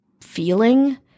feeling